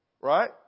Right